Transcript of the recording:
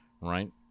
right